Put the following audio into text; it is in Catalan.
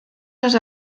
les